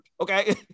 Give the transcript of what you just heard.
okay